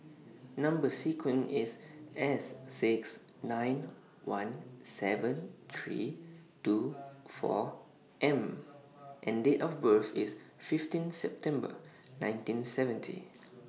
Number sequence IS S six nine one seven three two four M and Date of birth IS fifteen September nineteen seventy